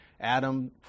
Adam